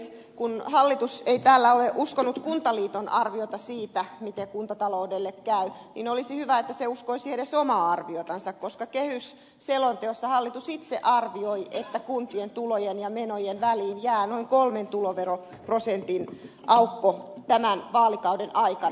kun hallitus ei täällä ole uskonut kuntaliiton arviota siitä miten kuntataloudelle käy niin olisi hyvä että se uskoisi edes omaa arviotansa koska kehysselonteossa hallitus itse arvioi että kuntien tulojen ja menojen väliin jää noin kolmen tuloveroprosenttiyksikön aukko tämän vaalikauden aikana